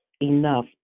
enough